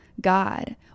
God